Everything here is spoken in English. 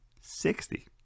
Sixty